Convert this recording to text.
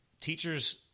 teachers